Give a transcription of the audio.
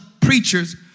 preachers